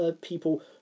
people